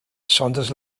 saunders